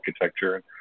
architecture